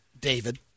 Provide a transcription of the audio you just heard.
David